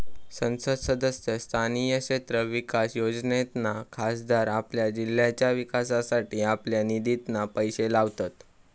संसद सदस्य स्थानीय क्षेत्र विकास योजनेतना खासदार आपल्या जिल्ह्याच्या विकासासाठी आपल्या निधितना पैशे लावतत